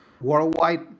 worldwide